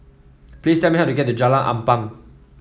please tell me how to get to Jalan Ampang